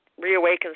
reawakens